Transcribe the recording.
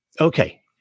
Okay